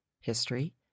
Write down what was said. history